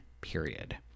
period